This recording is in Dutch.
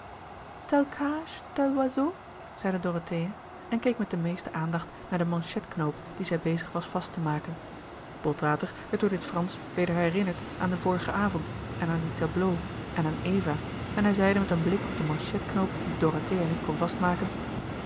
en keek met de meeste aandacht naar den manchetknoop dien zij bezig was vast te maken botwater werd door dit fransch weder herinnerd aan den vorigen avond en aan die tableaux en aan eva en hij zeide met een blik op den manchetknoop dien dorothea niet kon vastmaken